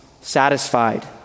satisfied